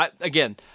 Again